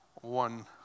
one